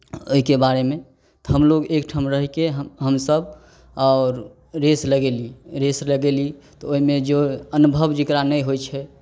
ओहिके बारेमे हम लोग एक ठाम रहि कऽ हमसभ आओर रेस लगयली रेस लगयली तऽ ओहिमे जो अनुभव जकरा नहि होइ छै